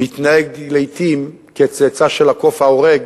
מתנהג לעתים כצאצא של הקוף ההורג